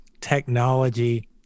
technology